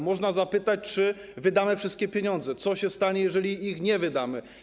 Można zapytać, czy wydamy wszystkie pieniądze i co się stanie, jeżeli ich nie wydamy.